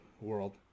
world